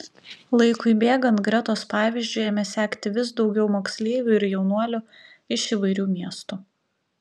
laikui bėgant gretos pavyzdžiu ėmė sekti vis daugiau moksleivių ir jaunuolių iš įvairių miestų